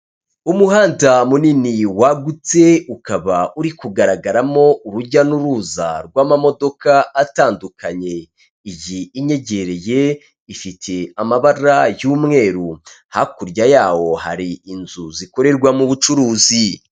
Umuhanda munini wagutse ukaba uri kugaragaramo urujya n'uruza rw'amamodoka atandukanye iyi inyegereye ifite amabara y'umweru hakurya yawo hari inzu zikorerwamo ubucuruzi.